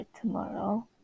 tomorrow